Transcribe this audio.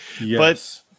Yes